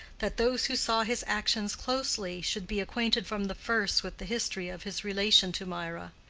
that those who saw his actions closely should be acquainted from the first with the history of his relation to mirah.